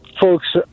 folks